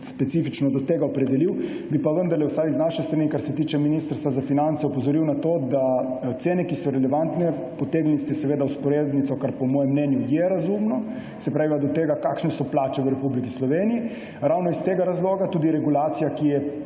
specifično do tega opredelil. Bi pa vendarle vsaj s strani Ministrstva za finance opozoril na to, da cene, ki so relevantne, potegnili ste seveda vzporednico, kar je po mojem mnenju razumno, do tega, kakšne so plače v Republiki Sloveniji. Ravno iz tega razloga je tudi regulacija, ki je